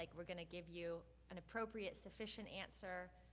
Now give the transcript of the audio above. like we're gonna give you an appropriate, sufficient answer.